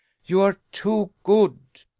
you are too good.